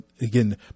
again